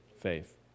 Faith